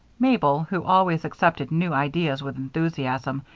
mabel, who always accepted new ideas with enthusiasm,